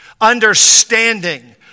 understanding